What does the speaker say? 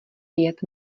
pět